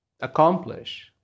accomplish